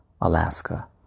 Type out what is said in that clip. Alaska